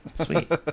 Sweet